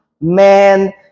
man